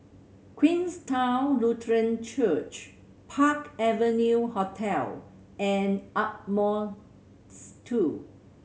Queenstown Lutheran Church Park Avenue Hotel and Ardmore Two